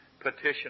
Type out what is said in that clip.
petition